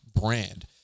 brand